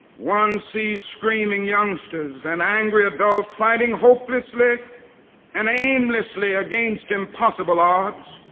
one sees screaming youngsters and angry adults fighting hopelessly and aimlessly against impossible odds.